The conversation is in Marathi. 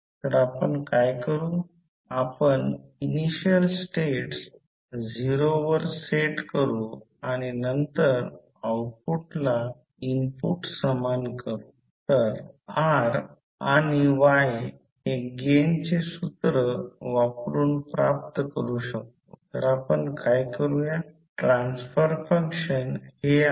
तर कृपया ते सोडवा उत्तरे मी सांगत नाही ते सोडवण्यास सांगत आहे जेव्हा हे व्हिडिओ व्याख्यान वाचाल तेव्हा ते सोडवा आणि त्या वेळी उत्तर विचारा की योग्य उत्तर मिळाले आहे की नाही